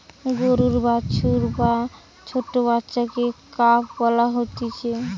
গরুর বাছুর বা ছোট্ট বাচ্চাকে কাফ বলা হতিছে